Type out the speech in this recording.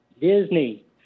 Disney